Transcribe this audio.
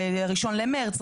ה-1 למרס,